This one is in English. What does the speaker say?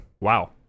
Wow